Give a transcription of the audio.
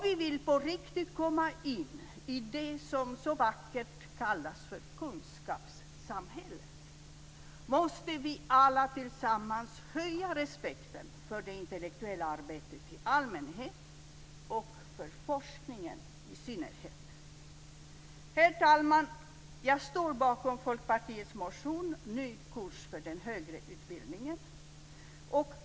Om vi på riktigt vill komma in i det som så vackert kallas för kunskapssamhället måste vi alla tillsammans höja respekten för det intellektuella arbetet i allmänhet och för forskningen i synnerhet. Herr talman! Jag står bakom Folkpartiets motion Ny kurs för den högre utbildningen.